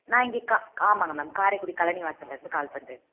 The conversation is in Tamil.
நான் இங்கே கா ஆமாம்ங்க மேம் காரைக்குடி கழனிவாசலில் இருந்து கால் பண்ணுறேன்